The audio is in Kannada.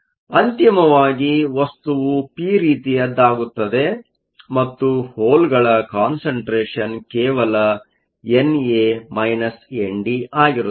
ಆದ್ದರಿಂದ ಅಂತಿಮವಾಗಿ ವಸ್ತುವು ಪಿ ರೀತಿಯದ್ದಾಗುತ್ತದೆ ಮತ್ತು ಹೋಲ್ಗಳ ಕಾನ್ಸಂಟ್ರೇಷನ್ ಕೇವಲ ಎನ್ ಎ ಎನ್ ಡಿ ಆಗಿರುತ್ತದೆ